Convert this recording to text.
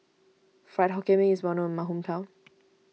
Fried Hokkien Mee is well known in my hometown